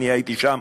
אני הייתי שם,